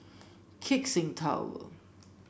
Keck Seng Tower